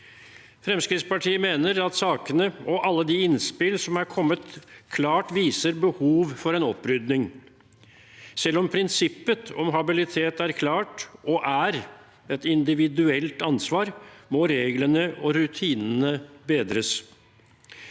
Fremskrittspartiet mener at sakene og alle de innspill som har kommet, klart viser behov for en oppryd ning. Selv om prinsippet om habilitet er klart og er et individuelt ansvar, må reglene og rutinene bedres.